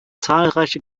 zahlreiche